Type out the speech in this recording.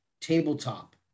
tabletop